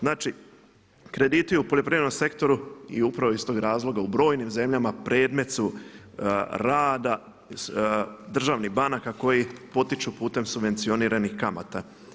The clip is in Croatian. Znači krediti u poljoprivrednom sektoru i upravo iz toga razloga u brojnim zemljama predmet su rada državnih banaka koji potiču putem subvencioniranih kamata.